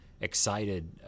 excited